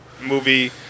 movie